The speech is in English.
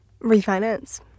Refinance